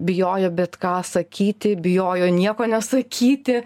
bijojo bet ką sakyti bijojo nieko nesakyti